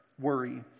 worry